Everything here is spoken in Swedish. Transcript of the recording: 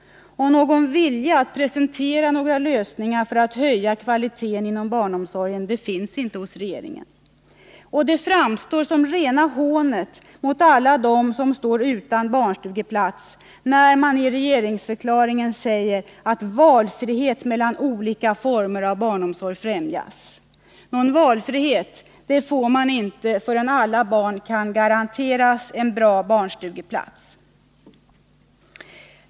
Och någon vilja att presentera lösningar för att höja kvaliteten inom barnomsorgen finns inte hos regeringen. Det framstår som rena hånet mot alla dem som står utan barnstugeplats när man i regeringsförklaringen säger: ”Valfrihet mellan olika former av barnomsorg främjas.” Någon valfrihet får man inte förrän alla barn kan garanteras en bra barnstugeplats.